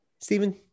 Stephen